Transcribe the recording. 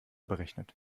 berechnet